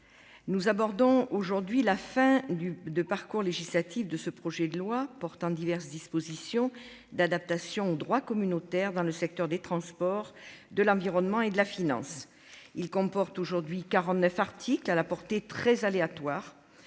nous abordons aujourd'hui la fin du parcours législatif de ce projet de loi portant diverses dispositions d'adaptation au droit communautaire, dans le secteur des transports, de l'environnement et de la finance. Ce texte comporte aujourd'hui 49 articles, à la portée très aléatoire.